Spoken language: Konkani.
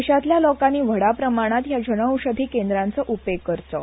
देशातल्या लोकानी व्हडा प्रमाणांत हया जन औषधी केंद्रांचो उपेग करचो